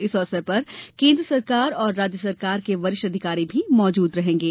इस अवसर पर केन्द्र सरकार और राज्य सरकार के वरिष्ठ अधिकारी भी मौजूद रहेंगे